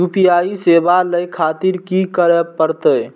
UPI सेवा ले खातिर की करे परते?